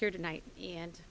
here tonight and